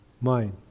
mind